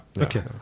Okay